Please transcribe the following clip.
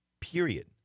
Period